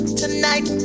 tonight